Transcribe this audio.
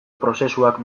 prozesuak